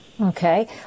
okay